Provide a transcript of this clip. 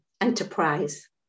enterprise